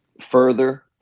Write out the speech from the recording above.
Further